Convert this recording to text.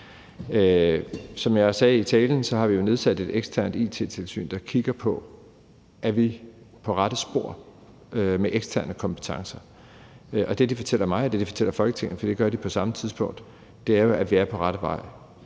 Som jeg sagde i talen, har vi jo nedsat et eksternt it-tilsyn, der kigger på, om vi er på rette spor med eksterne kompetencer, og det, de fortæller mig, og det, de fortæller Folketinget – for det gør de på samme tidspunkt – er jo, at vi er på rette vej.